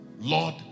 Lord